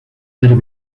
better